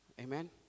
Amen